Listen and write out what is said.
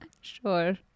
Sure